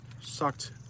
sucked